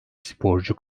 sporcu